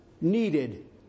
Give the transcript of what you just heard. needed